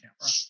camera